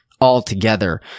altogether